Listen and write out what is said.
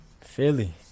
Philly